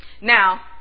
Now